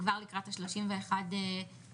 לקראת ה-31 באוגוסט,